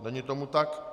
Není tomu tak.